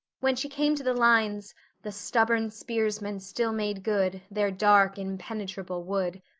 when she came to the lines the stubborn spearsmen still made good their dark impenetrable wood,